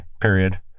period